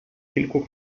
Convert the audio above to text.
kilku